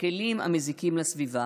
בכלים המזיקים לסביבה,